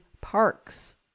parks